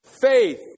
faith